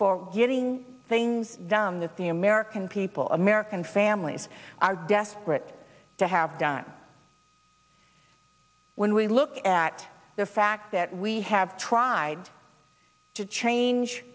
for getting things done that the american people american families are desperate to have done when we look at the fact that we have tried to change